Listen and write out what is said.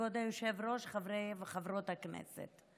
כבוד היושב-ראש, חברי וחברות הכנסת,